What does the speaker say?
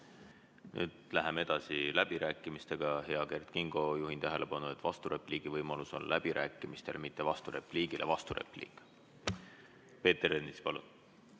Läheme edasi läbirääkimistega. Hea Kert Kingo, juhin tähelepanu, et vasturepliigivõimalus on läbirääkimistel, vasturepliigile ei saa vasturepliiki. Peeter Ernits, palun!